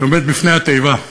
שעומד לפני התיבה צנוע,